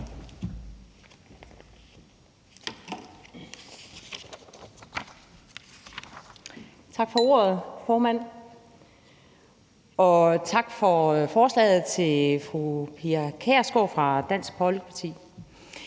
Tak for ordet, formand. Og tak til fru Pia Kjærsgaard fra Dansk Folkeparti